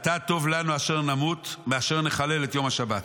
עתה טוב לנו אשר נמות מאשר נחלל את יום השבת.